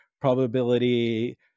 probability